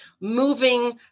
moving